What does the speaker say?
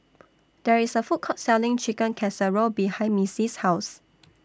There IS A Food Court Selling Chicken Casserole behind Missie's House